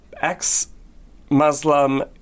ex-Muslim